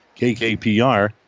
KKPR